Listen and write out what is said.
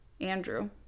Andrew